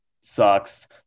sucks